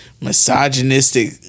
Misogynistic